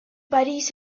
parís